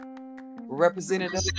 Representative